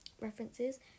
references